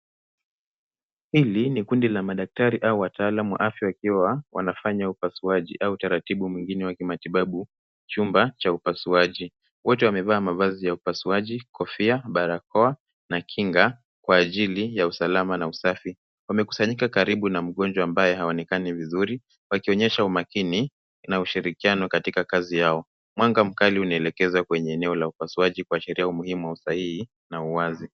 Hili ni kundi la madaktari au wataalamu wa afya wakiwa wanafanya upasuaji au taratibu mwingine wa kimatibabu, chumba cha upasuaji. Wote wamevaa mavazi ya upasuaji, kofia, barakoa na kinga kwa ajili ya usalama na usafi. Wamekusanyika karibu na mgonjwa ambaye haonekani vizuri, wakionyesha umakini na ushirikiano katika kazi yao. Mwanga mkali unaelekezwa kwenye eneo la upasuaji kuashiria umuhimu wa usahihi na uwazi.